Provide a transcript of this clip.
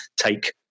take